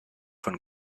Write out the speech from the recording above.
von